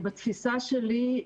בתפיסה שלי,